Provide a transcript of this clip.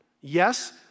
Yes